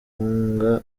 ntabwo